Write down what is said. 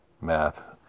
math